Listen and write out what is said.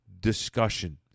discussion